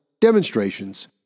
demonstrations